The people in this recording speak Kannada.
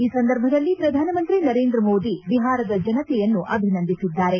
ಈ ಸಂದರ್ಭದಲ್ಲಿ ಪ್ರಧಾನಮಂತ್ರಿ ನರೇಂದ್ರ ಮೋದಿ ಬಿಹಾರದ ಜನತೆಯನ್ನು ಅಭಿನಂದಿಸಿದ್ದಾರೆ